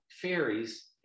fairies